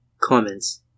Comments